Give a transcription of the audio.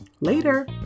Later